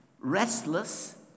restless